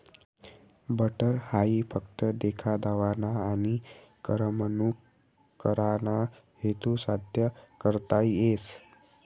butter हाई फक्त देखा दावाना आनी करमणूक कराना हेतू साद्य करता येस